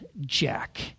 Jack